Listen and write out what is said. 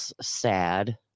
sad